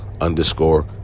underscore